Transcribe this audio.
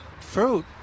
fruit